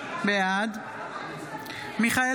בעד מיכאל